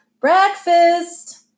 Breakfast